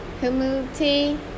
humility